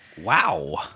Wow